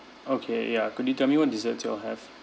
okay ya could you tell me what desserts you all have